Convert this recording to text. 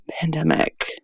pandemic